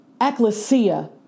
ecclesia